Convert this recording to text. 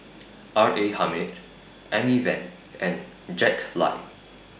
R A Hamid Amy Van and Jack Lai